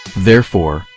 therefore,